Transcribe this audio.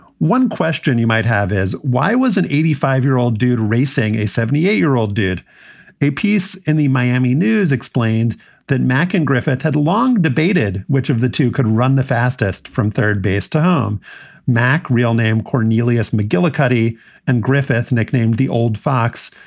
one question you might have is why was an eighty five year old dude racing? a seventy eight year old, did a piece in the miami news, explained that mack and griffith had long debated which of the two could run the fastest from third base to harm mac real name, cornelius mcgillicuddy and griffith, nicknamed the old fox,